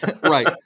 Right